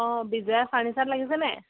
অ বিজয়া ফাৰ্ণিচাৰত লাগিছে নাই